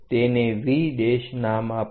તેને V નામ આપો